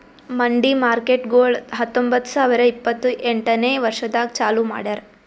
ಮಂಡಿ ಮಾರ್ಕೇಟ್ಗೊಳ್ ಹತೊಂಬತ್ತ ಸಾವಿರ ಇಪ್ಪತ್ತು ಎಂಟನೇ ವರ್ಷದಾಗ್ ಚಾಲೂ ಮಾಡ್ಯಾರ್